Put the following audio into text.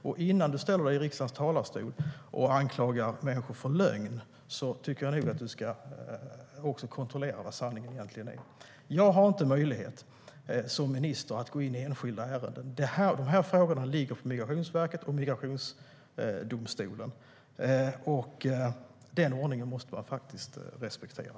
Och innan du ställer dig i riksdagens talarstol och anklagar människor för lögn tycker jag nog att du ska kontrollera vad sanningen egentligen är. Jag har inte möjlighet som minister att gå in i enskilda ärenden. De här frågorna ligger på Migrationsverket och migrationsdomstolen. Den ordningen måste man faktiskt respektera.